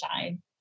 shine